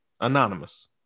Anonymous